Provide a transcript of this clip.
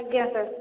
ଆଜ୍ଞା ସାର୍